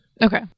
Okay